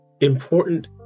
important